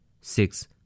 Six